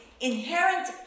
inherent